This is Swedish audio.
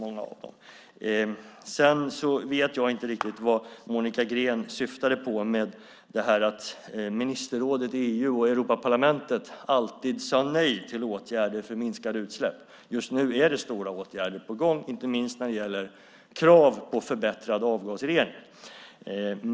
Sedan vet jag inte riktigt vad Monica Green syftade på med det här att ministerrådet i EU och Europaparlamentet alltid säger nej till åtgärder för minskade utsläpp. Just nu är det stora åtgärder på gång, inte minst när det gäller krav på förbättrad avgasrening.